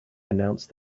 announced